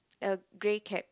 a grey cap